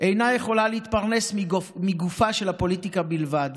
אינה יכולה להתפרנס מגופה של הפוליטיקה בלבד,